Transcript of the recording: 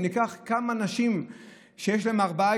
אם ניקח כמה נשים במגזר הכללי שיש להן ארבעה